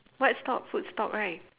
what stop food stop right